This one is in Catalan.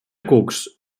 cucs